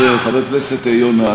חבר הכנסת יונה,